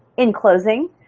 in closing,